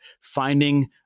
finding